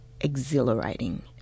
exhilarating